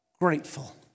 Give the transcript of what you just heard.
grateful